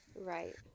Right